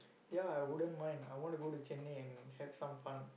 ya I wouldn't mind I want to go to Chennai and have some fun